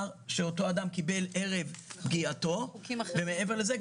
שאותלו אדם קיבל ערב פגיעתו ומעבר לזה,